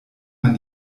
man